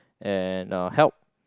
and help